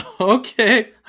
Okay